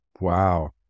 Wow